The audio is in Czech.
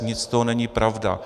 Nic z toho není pravda.